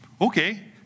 okay